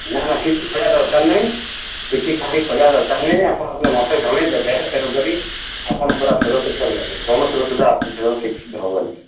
ନା ନା କିଛି କହିବା ଦରକାର ନାହିଁ କିଛି କାହାକୁ କହିବା ଦରକାର ନାହିଁ ଆପଣ ମୋତେ ଜଣାଇ ଦେଲେ ତେଣୁ କରି ଆପଣ ପୁରା ସୁରକ୍ଷିତରେ ରହିବେ କୌଣସି ଅସୁବିଧା କିଛି ଯେମିତି ହେବନି